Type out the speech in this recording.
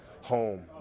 home